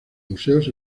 museos